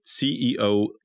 CEO